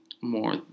more